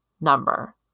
number